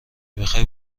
میخوای